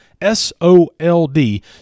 S-O-L-D